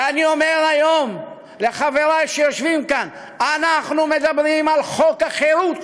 ואני אומר היום לחברי שיושבים כאן: אנחנו מדברים על חוק החירות,